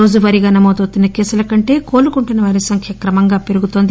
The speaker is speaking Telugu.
రోజువారీగా నమోదవుతున్న కేసుల కంటే కోలుకుంటున్నవారి సంఖ్య క్రమంగా పెరుగుతోంది